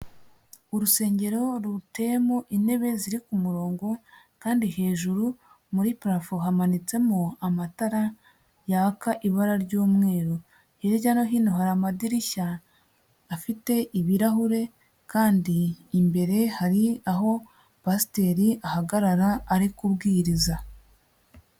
Urusengero rutemo intebe ziri ku murongo kandi hejuru muri parafo hamanitsemo amatara yaka ibara ry'umweru, hirya no hino hari amadirishya afite ibirahure kandi imbere hari aho pasiteri ahagarara ari kubwiriza.